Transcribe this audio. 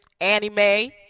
Anime